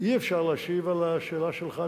אי-אפשר להשיב על השאלה שלך,